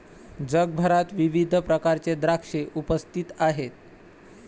जगभरात विविध प्रकारचे द्राक्षे उपस्थित आहेत